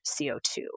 CO2